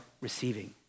receiving